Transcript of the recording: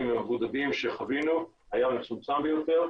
והמבודדים שחווינו היה מצומצם ביותר,